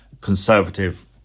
conservative